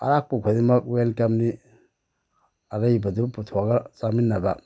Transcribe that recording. ꯑꯔꯥꯛꯄ ꯈꯨꯗꯤꯡꯃꯛ ꯋꯦꯜꯀꯝꯅꯤ ꯑꯔꯩꯕꯗꯨ ꯄꯨꯊꯣꯛꯑꯒ ꯆꯥꯃꯤꯟꯅꯕ